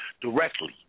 directly